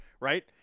right